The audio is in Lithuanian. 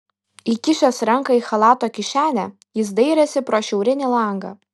įkišęs ranką į chalato kišenę jis dairėsi pro šiaurinį langą